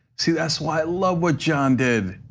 see that's why i love what john did,